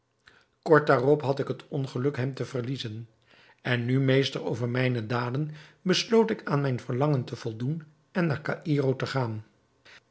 kort daarop had ik het ongeluk hem te verliezen en nu meester over mijne daden besloot ik aan mijn verlangen te voldoen en naar caïro te gaan